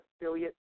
affiliate